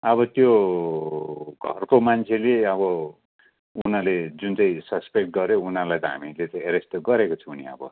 अब त्यो घरको मान्छेले अब उनीहरूले जुन चाहिँ ससपेक्ट गर्यो उनीहरूलाई त हामीले त अरेस्ट त गरेको छौँ नि अब